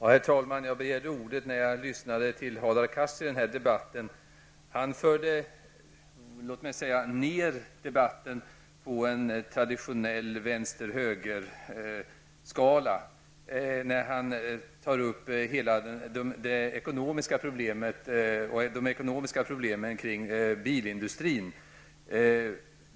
Herr talman! Jag begärde ordet när jag lyssnade till Hadar Cars i den här debatten. Han förde ned den till en traditionell vänster -- höger-nivå när han tog upp alla de ekonomiska problemen kring bilindustrin.